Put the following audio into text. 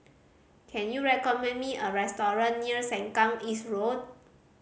can you recommend me a restaurant near Sengkang East Road